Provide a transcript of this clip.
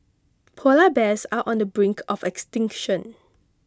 Polar Bears are on the brink of extinction